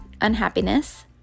unhappiness